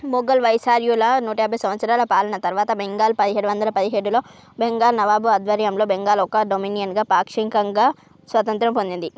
మొఘల్ వైస్రాయ్ల నూటయాభై సంవత్సరాల పాలన తరువాత బెంగాల్ పదిహేడు వందల పదిహేడులో బెంగాల్ నవాబు ఆధ్వర్యంలో బెంగాల్ ఒక డొమినియన్గా పాక్షికంగా స్వతంత్రం పొందింది